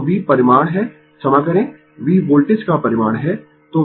तो V परिमाण है क्षमा करें V वोल्टेज का परिमाण है